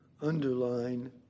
underline